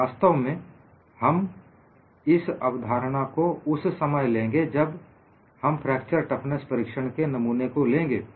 वास्तव में हम इस अवधारणा को उस समय लेंगे जब हम फ्रैक्चर टफनेस परिक्षण के नमूने को लेंगे